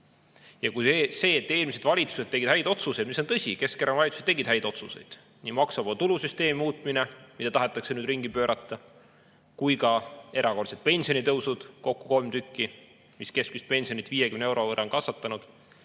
justkui ongi hästi. Eelmised valitsused tegid häid otsuseid, see on tõsi. Keskerakonna valitsused tegid häid otsuseid, nii maksuvaba tulu süsteemi muutmine, mida tahetakse nüüd ringi pöörata, kui ka erakordsed pensionitõusud, kokku kolm tükki, mis keskmist pensioni on 50 euro võrra kasvatanud.